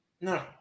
No